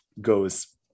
goes